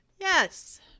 Yes